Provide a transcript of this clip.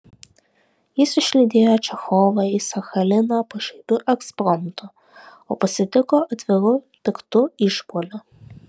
jis išlydėjo čechovą į sachaliną pašaipiu ekspromtu o pasitiko atviru piktu išpuoliu